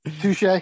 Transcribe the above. Touche